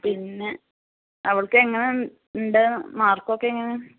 പിന്നെ അവൾക്കെങ്ങനെ ഉണ്ട് മാർക്കൊക്കെ എങ്ങനെ